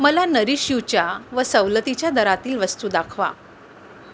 मला नरीशूच्या व सवलतीच्या दरातील वस्तू दाखवा